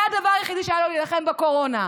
זה הדבר היחידי שהיה לו להילחם בקורונה.